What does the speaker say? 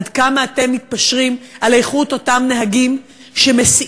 עד כמה אתם מתפשרים על איכות אותם נהגים שמסיעים,